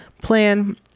plan